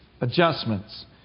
Adjustments